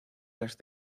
las